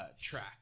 Track